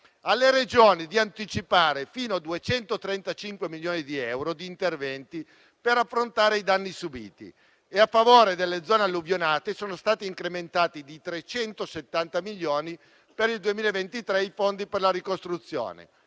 Romeo, di anticipare fino a 235 milioni di euro di interventi per affrontare i danni subiti e a favore delle zone alluvionate. Sono stati inoltre incrementati di 370 milioni per il 2023 i fondi per la ricostruzione.